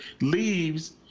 leaves